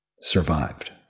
survived